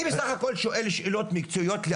אני בסך הכל שואל שאלות מקצועיות.